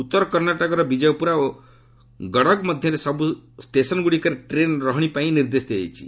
ଉତ୍ତର କର୍ଷାଟକର ବିଜୟପୁରା ଓ ଗଡ଼ଗ୍ ମଧ୍ୟରେ ସବୁ ଷ୍ଟେସନ୍ଗୁଡ଼ିକରେ ଟ୍ରେନ୍ ରହଣି ପାଇଁ ନିର୍ଦ୍ଦେଶ ଦିଆଯାଇଛି